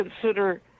consider